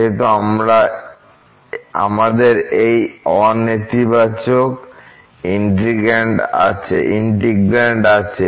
যেহেতু আমাদের এই অ নেতিবাচক ইন্টিগ্র্যান্ড আছে